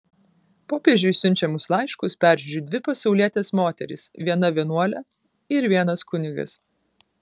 popiežiui siunčiamus laiškus peržiūri dvi pasaulietės moterys viena vienuolė ir vienas kunigas